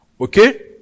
Okay